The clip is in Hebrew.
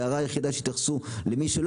וההערה היחידה שהתייחסו אליה היא בעניין אילת,